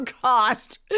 cost